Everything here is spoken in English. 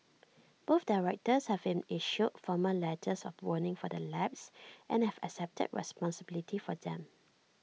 both directors have been issued formal letters of warning for their lapses and have accepted responsibility for them